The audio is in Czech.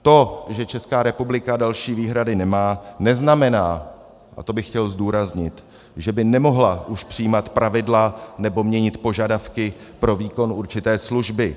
To, že Česká republika další výhrady nemá, neznamená a to bych chtěl zdůraznit , že by už nemohla přijímat pravidla nebo měnit požadavky pro výkon určité služby.